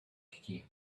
key